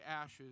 ashes